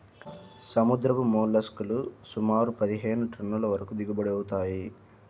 సముద్రపు మోల్లస్క్ లు సుమారు పదిహేను టన్నుల వరకు దిగుబడి అవుతాయి